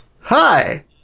Hi